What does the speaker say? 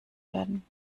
werden